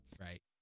right